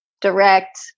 direct